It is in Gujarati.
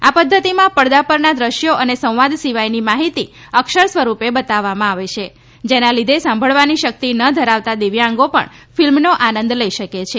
આ પદ્ધતિમાં પડદા પરના દૃશ્યો અને સંવાદ સિવાયની માહિતી અક્ષર સ્વરૂપે બતાવવામાં આવેલ છે જેના લીધે સાંભળવાની શક્તિ ન ધરાવતા દિવ્યાંગો પણ ફિલ્મનો આનંદ લઈ શકે છે